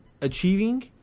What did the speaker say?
achieving